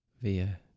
Via